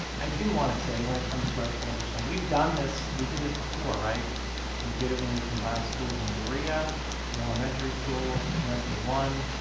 i do want to say when it comes to our transition we've done this we did this before right we did it when we combine schools in berea the elementary schools went to one